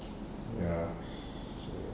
ya